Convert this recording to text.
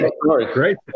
great